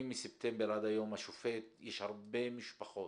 השופט, יש הרבה משפחות,